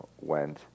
went